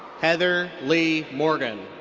heather lee morgan.